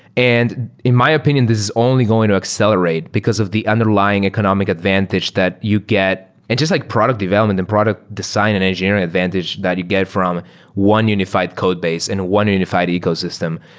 in my opinion, this is only going to accelerate because of the underlying economic advantage that you get and just like product development and product design and engineering advantage that you get from one unified codebase and one unified ecosystem.